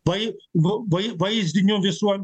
vai nu vai vaizdinių visuom